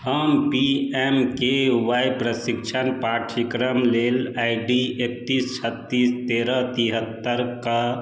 हम P M K Y प्रशिक्षण पाठ्यक्रम लेल आई डी एकतीस छत्तीस तेरह तिहत्तर के